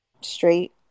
straight